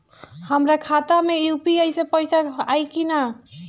हमारा खाता मे यू.पी.आई से पईसा आई कि ना?